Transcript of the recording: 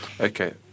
Okay